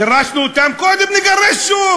גירשנו אותם קודם, נגרש שוב.